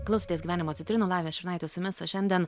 klausotės gyvenimo citrinų lavija šurnaitė su jumis o šiandien